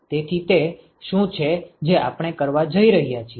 તેથી તે શું છે જે આપણે કરવા જઇ રહ્યા છીએ